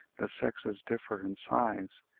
the sexes differ in size,